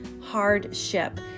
hardship